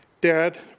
Dad